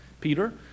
Peter